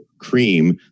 cream